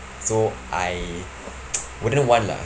so I wouldn't want lah